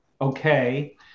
okay